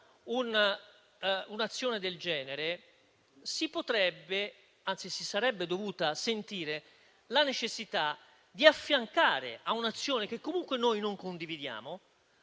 un'azione del genere si potrebbe, anzi si sarebbe dovuta sentire la necessità di affiancare a un'azione che comunque noi non condividiamo,